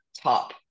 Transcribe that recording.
top